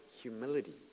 humility